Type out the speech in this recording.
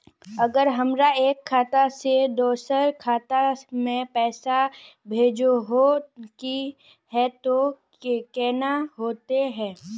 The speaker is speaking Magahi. अगर हमरा एक खाता से दोसर खाता में पैसा भेजोहो के है तो केना होते है?